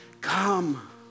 come